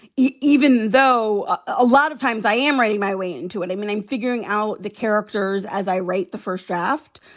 even though a lot of times i am writing my way into it. i mean, i'm figuring out the characters as i write the first draft.